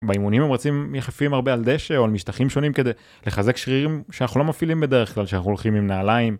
באימונים הם רצים יחפים הרבה על דשא או על משטחים שונים כדי לחזק שרירים שאנחנו לא מפעילים בדרך כלל כשאנחנו הולכים עם נעליים,